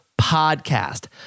podcast